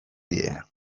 dira